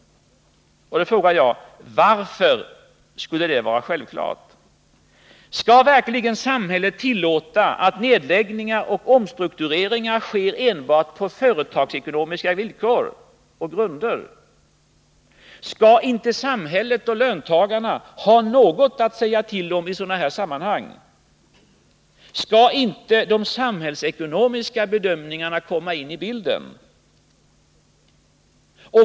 Varför skulle det vara självklart? Skall verkligen samhället tillåta att nedläggningar och omstruktureringar sker enbart på företagsekonomiska grunder? Skall inte samhället — och löntagarna — ha något att säga till om i sådana sammanhang? Skall inte de samhällsekonomiska bedömningarna komma in i bilden?